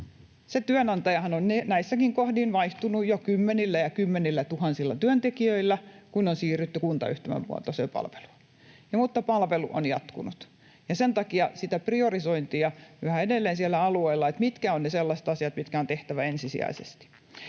Työnantajahan on näissäkin kohdin vaihtunut jo kymmenillätuhansilla työntekijöillä, kun on siirrytty kuntayhtymämuotoiseen palveluun, mutta palvelu on jatkunut. Sen takia yhä edelleen siellä alueilla sitä priorisointia, mitkä ovat ne sellaiset asiat, mitkä on tehtävä ensisijaisesti.